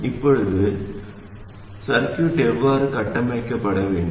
இப்போது சுற்று எவ்வாறு கட்டமைக்கப்பட வேண்டும்